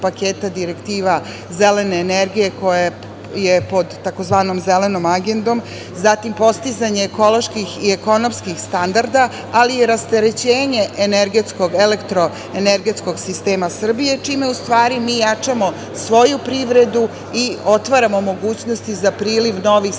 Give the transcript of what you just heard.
paketa direktiva Zelene energije, koja je pod tzv. zelenom agendom, zatim postizanje ekoloških i ekonomskih standarda, ali i rasterećenje energetskog, elektroenergetskog sistema Srbije, čime u stvari mi jačamo svoju privredu i otvaramo mogućnosti za priliv novih stranih